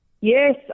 Yes